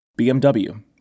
BMW